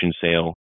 sale